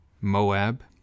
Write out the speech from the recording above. Moab